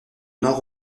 nord